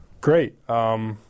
Great